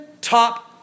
top